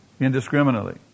indiscriminately